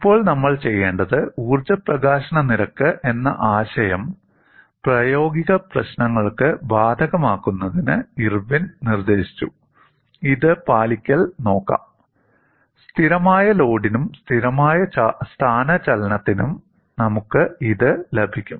ഇപ്പോൾ നമ്മൾ ചെയ്യേണ്ടത് ഊർജ്ജ പ്രകാശന നിരക്ക് എന്ന ആശയം പ്രായോഗിക പ്രശ്നങ്ങൾക്ക് ബാധകമാക്കുന്നതിന് ഇർവിൻ നിർദ്ദേശിച്ചു ഇത് പാലിക്കൽ നോക്കാം സ്ഥിരമായ ലോഡിനും സ്ഥിരമായ സ്ഥാനചലനത്തിനും നമുക്ക് ഇത് ലഭിക്കും